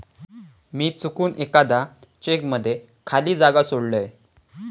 मी चुकून एकदा चेक मध्ये खाली जागा सोडलय